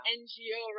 ngo